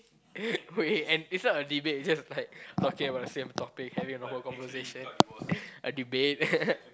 wait and is not a debate is just like talking about the same topic having a normal conversation a debate